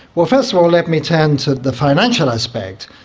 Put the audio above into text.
well, first of all let me turn to the financial aspect.